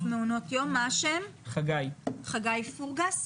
חגי פורגס,